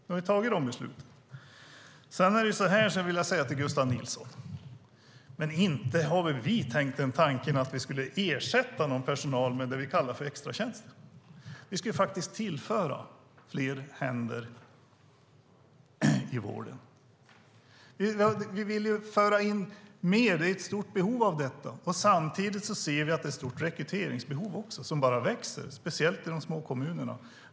Sedan vill jag säga följande till Gustav Nilsson: Inte har väl vi tänkt tanken att vi skulle ersätta någon personal med det vi kallar extratjänster! Vi ska ju faktiskt tillföra fler händer i vården. Vi vill föra in mer. Det finns ett stort behov av detta. Samtidigt ser vi att det finns ett stort rekryteringsbehov - som bara växer, speciellt i de små kommunerna.